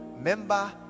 member